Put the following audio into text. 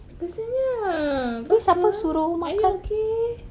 kesiannya blossom are you okay